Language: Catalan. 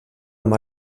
amb